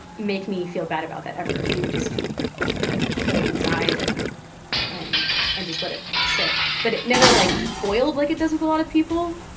make me feel bad about that ever. he would just put it inside and and and just let it sit. but it never like boiled like it does with a lot of people,